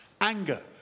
Anger